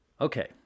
Okay